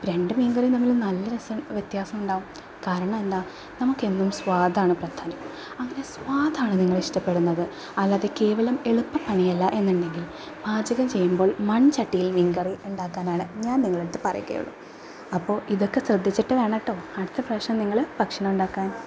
അപ്പം രണ്ട് മീങ്കറിയും തമ്മിൽ നല്ല രസം വ്യത്യാസമുണ്ടാകും കാരണമെന്താണ് നമുക്കെന്നും സ്വാദാണ് പ്രധാനം അതിനെ സ്വാദാണ് നിങ്ങളിഷ്ടപ്പെടുന്നത് അല്ലാതെ കേവലം എളുപ്പ പണിയല്ല എന്നുണ്ടെങ്കിൽ പാചകം ചെയ്യുമ്പോൾ മൺ ചട്ടിയിൽ മീങ്കറി ഉണ്ടാക്കാനാണ് ഞാൻ നിങ്ങളുടെയടുത്ത് പറയുകയുള്ളു അപ്പോൾ ഇതൊക്കെ ശ്രദ്ധിച്ചിട്ട് വേണം കേട്ടോ അടുത്ത പ്രാവശ്യം നിങ്ങൾ ഭക്ഷണമുണ്ടാക്കാൻ